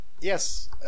Yes